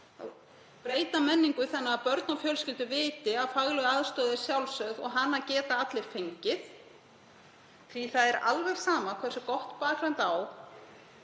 breyta menningu þannig að börn og fjölskyldur viti að fagleg aðstoð er sjálfsögð og að hana geti allir fengið. Það er alveg sama hversu gott bakland